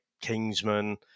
Kingsman